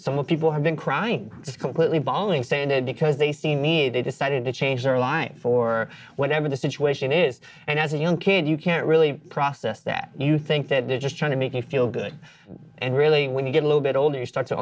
some people have been crying just completely bawling said it because they see me they decided to change their life or whatever the situation is and as a young kid you can't really process that you think that they're just trying to make you feel good and really when you get a little bit older you start to